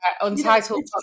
Untitled